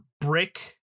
brick